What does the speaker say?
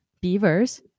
Beavers